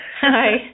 Hi